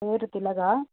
பேர் திலகா